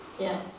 Yes